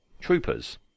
troopers